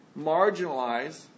marginalize